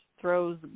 throws